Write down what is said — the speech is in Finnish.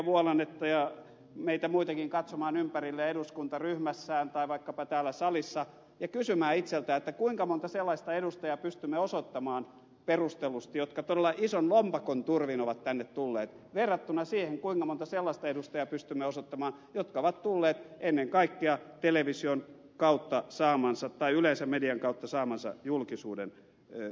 vuolannetta ja meitä muitakin katsomaan ympärilleen eduskuntaryhmässään tai vaikkapa täällä salissa ja kysymään itseltään kuinka monta sellaista edustajaa pystymme osoittamaan perustellusti jotka todella ison lompakon turvin ovat tänne tulleet verrattuna siihen kuinka monta sellaista edustajaa pystymme osoittamaan jotka ovat tulleet ennen kaikkea television kautta saamansa tai yleensä median kautta saamansa julkisuuden ansiosta